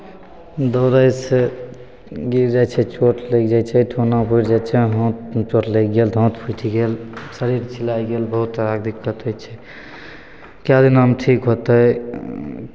दौड़यसँ गिर जाइ छै चोट लागि जाइ छै ठेहुना फुटि जाइ छै हाथमे चोट लागि गेल तऽ हाथ फुटि गेल शरीर छिलाय गेल बहुत तरहके दिक्कत होइ छै कए दिनामे ठीक होतै